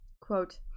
quote